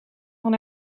van